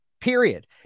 period